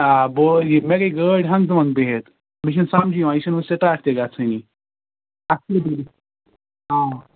آ بہٕ او یہِ مےٚ گٔے گٲڑۍ ہَنٛگتہٕ مَنٛگہٕ بِہِتھ مےٚ چھُنہٕ سمجی یِوان یہِ چھِنہٕ وۄنۍ سِٹاٹ تہٕ گژھٲنی اَکھتُے